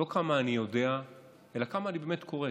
לא כמה אני יודע אלא כמה באמת אני קורא,